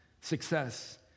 success